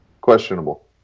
Questionable